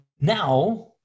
Now